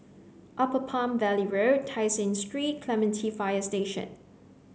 upper Palm Valley Road Tai Seng Street and Clementi Fire Station